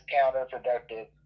counterproductive